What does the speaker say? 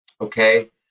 Okay